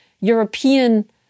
European